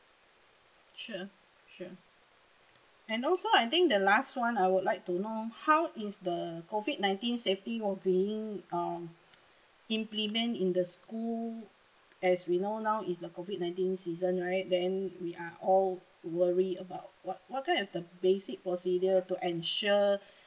sure sure I know so I think the last one I would like to know how is the COVID nineteen safety well being um implement in the school as we know now is the COVID nineteen season right then we are all worried about what what kind of the basic procedure to ensure